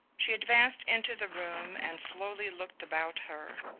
she advanced into the room and slowly looked about her.